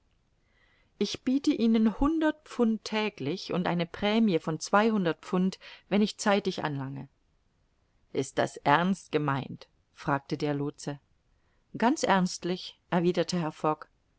ich biete ihnen hundert pfund täglich und eine prämie von zweihundert pfund wenn ich zeitig anlange ist das ernst gemeint fragte der lootse ganz ernstlich erwiderte